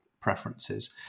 preferences